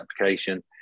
application